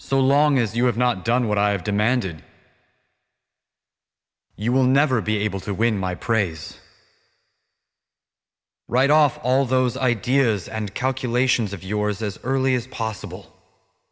so long as you have not done what i have demanded you will never be able to win my praise right off all those ideas and calculations of yours as early as possible